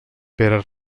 pere